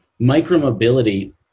micromobility